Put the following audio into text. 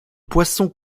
poissons